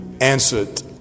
answered